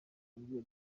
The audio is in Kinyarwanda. emmanuel